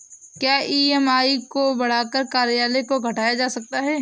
क्या ई.एम.आई को बढ़ाकर कार्यकाल को घटाया जा सकता है?